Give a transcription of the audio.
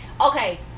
okay